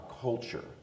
culture